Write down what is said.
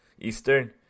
Eastern